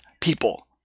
people